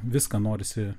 viską norisi